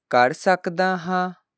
ਕਰ ਸਕਦਾ ਹਾਂ